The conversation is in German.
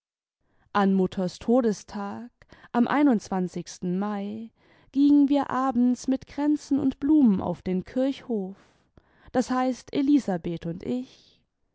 an mutters todestag am mai gingen wir abends mit kränzen und blumen auf den kirchhof das heißt elisabeth und ich